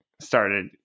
started